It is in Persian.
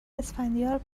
اسفندیار